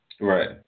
right